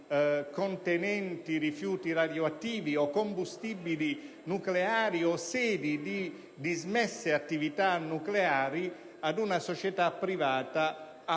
contenenti rifiuti radioattivi o combustibili nucleari o sedi di dismesse attività nucleari, ad una società privata, a